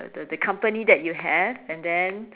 the the the company that you have and then